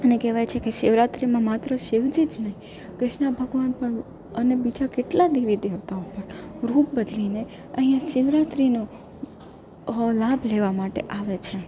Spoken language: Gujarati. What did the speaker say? અને કહેવાય છે કે શિવરાત્રીમાં માત્ર શિવજી જ નહીં કૃષ્ણ ભગવાન પણ અને બીજા કેટલા દેવી દેવતા પણ રૂપ બદલીને અહીં શિવરાત્રીનો લાભ લેવા માટે આવે છે